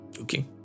Okay